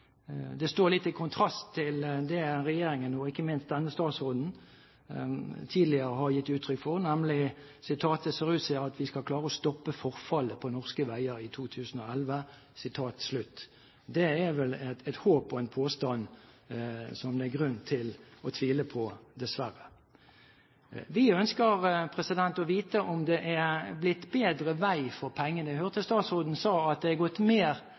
Det står litt i kontrast til det regjeringen og ikke minst denne statsråden tidligere har gitt uttrykk for, nemlig: Det ser ut til at vi skal klare å stoppe forfallet på norske veier i 2011. Det er vel et håp og en påstand som det er grunn til å tvile på, dessverre. Vi ønsker å få vite om det er blitt bedre vei for pengene. Jeg hørte statsråden si at vi har fått mer vei for pengene. I alle fall er det overført en del penger